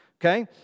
Okay